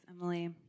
Emily